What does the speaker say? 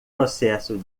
processo